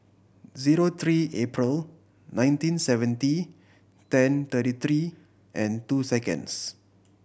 zero three April nineteen seventy ten thirty three and two seconds